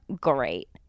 great